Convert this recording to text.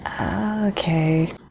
Okay